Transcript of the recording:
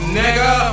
nigga